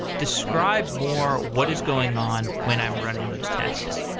describe more what is going on when i'm running those tests.